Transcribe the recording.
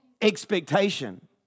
expectation